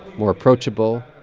more approachable.